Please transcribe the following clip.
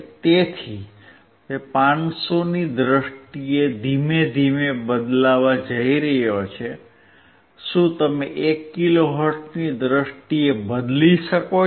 તેથી તે 500 ની દ્રષ્ટિએ ધીમે ધીમે બદલાવા જઈ રહ્યો છે શું તમે 1 કિલોહર્ટ્ઝની દ્રષ્ટિએ બદલી શકો છો